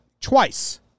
twice